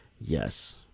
Yes